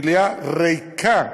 במליאה ריקה,